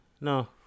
no